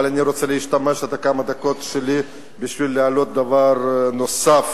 אבל אני רוצה להשתמש בכמה הדקות שלי בשביל להעלות דבר נוסף: